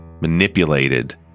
manipulated